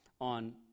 on